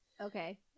Okay